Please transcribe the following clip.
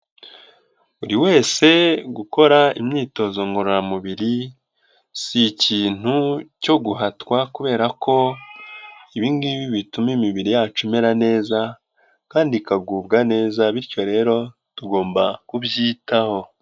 Buri wese gukora imyitozo ngororamubiri si ikintu cyo guhatwa kubera ko ibi ngibi bituma imibiri yacu imera neza kandi ikagubwa neza, bityo rero tugomba kubyitaho.